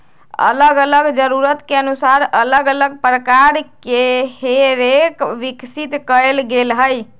अल्लग अल्लग जरूरत के अनुसार अल्लग अल्लग प्रकार के हे रेक विकसित कएल गेल हइ